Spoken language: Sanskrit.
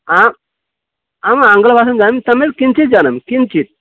आ आम् आङ्ग्लभाषां जानामि तमेव किञ्चित् जानामि किञ्चित्